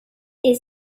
est